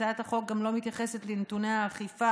הצעת החוק גם לא מתייחסת לנתוני האכיפה